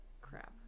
crap